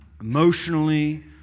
emotionally